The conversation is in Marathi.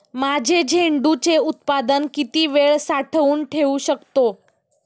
माझे झेंडूचे उत्पादन किती वेळ साठवून ठेवू शकतो?